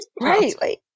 Right